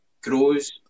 grows